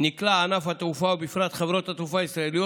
נקלע ענף התעופה, ובפרט חברות התעופה הישראליות.